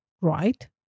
Right